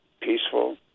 peaceful